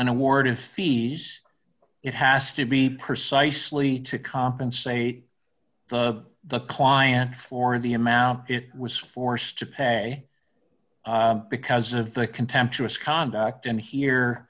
an award of fees it has to be precisely to compensate the the client for the amount it was forced to pay because of the contemptuous conduct and here